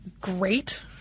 great